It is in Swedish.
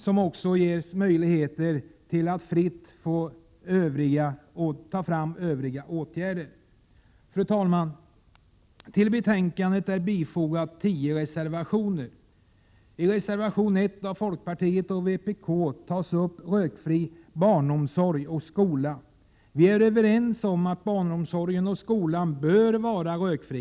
Det ges också möjligheter att fritt ta fram övriga åtgärder. Fru talman! 10 reservationer är fogade till betänkandet. I reservation 1 av folkpartiet och vpk tas en rökfri barnomsorg och skola upp. Vi är överens om att barnomsorgen och skolan bör vara rökfri.